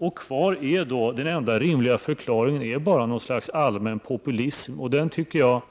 Den enda kvarvarande rimliga förklaringen är något slags allmän populism, och den tycker jag